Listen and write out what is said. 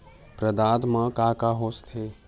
प्रदाता मा का का हो थे?